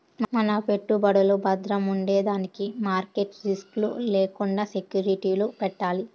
మన పెట్టుబడులు బద్రముండేదానికి మార్కెట్ రిస్క్ లు లేకండా సెక్యూరిటీలు పెట్టాలి